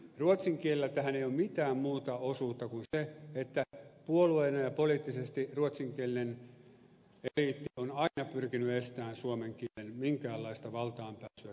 ruotsin kielellä tähän ei ole mitään muuta osuutta kuin se että puolueena ja poliittisesti ruotsinkielinen eliitti on aina pyrkinyt estämään suomen kielen minkäänlaista valtaanpääsyä tai valta asemaa